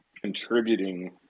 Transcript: contributing